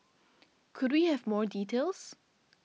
could we have more details